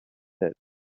pit